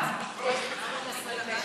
בג"ץ ביטל את חוק 21 שלכם.